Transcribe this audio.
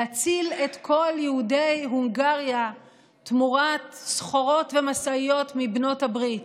להציל את כל יהודי הונגריה תמורת סחורות ומשאיות מבנות הברית.